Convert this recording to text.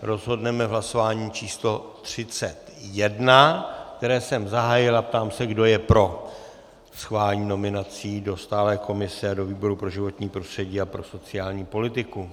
Rozhodneme v hlasování číslo 31, které jsem zahájil, a ptám se, kdo je pro schválení nominací do stálé komise, do výboru pro životní prostředí a pro sociální politiku.